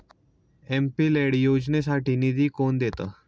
MP LAD योजनेसाठी निधी कोण देतं?